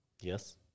Yes